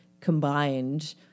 combined